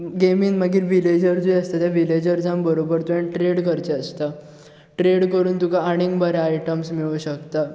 गेमीन मागीर विलेजर्जूय आसता त्या विलेजर्जां बरोबर तुवेंन ट्रेड करचें आसता ट्रेड कोरून तुका आनीक बरे आयटम्स मेळूंक शकतात